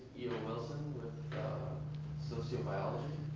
eo wilson with sociobiology.